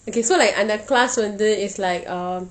okay so like அந்த:antha class வந்து:vanthu is like um